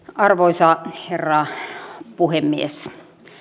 arvoisa herra puhemies